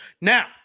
Now